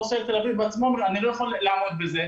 ראש העיר תל אביב בעצמו אומר שהוא לא יכול לעמוד בזה,